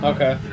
Okay